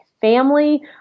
family